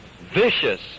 vicious